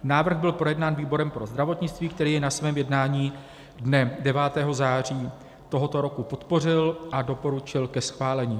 Návrh byl projednán výborem pro zdravotnictví, který jej na svém jednání dne 9. září tohoto roku podpořil a doporučil ke schválení.